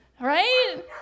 right